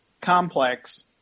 complex